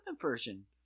version